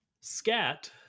scat